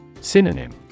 Synonym